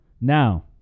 Now